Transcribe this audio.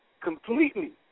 completely